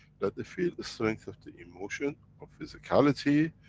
that the field-strength of the emotion of physicality,